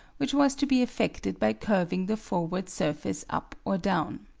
which was to be effected by curving the forward surface up or down.